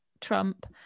Trump